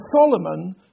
Solomon